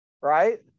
right